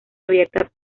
abierta